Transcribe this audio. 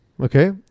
okay